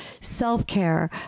self-care